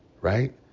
right